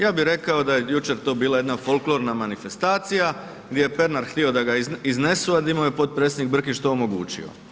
Ja bi rekao da je jučer to bila jedna folklorna manifestacija gdje je Pernar htio da ga iznesu, a di mu je potpredsjednik Brkić to omogućio.